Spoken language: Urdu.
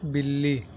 بلی